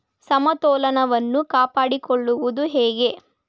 ಸಮತೋಲನವನ್ನು ಕಾಪಾಡಿಕೊಳ್ಳುವುದು ಹೇಗೆ?